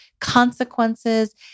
consequences